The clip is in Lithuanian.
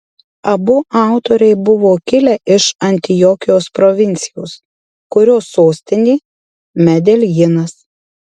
abu autoriai buvo kilę iš antiokijos provincijos kurios sostinė medeljinas